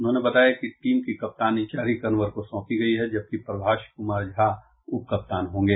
उन्होंने बताया कि टीम की कप्तानी शारिक अनवर को सौंपी गयी है जबकि प्रभाष कुमार झा उप कप्तान होंगे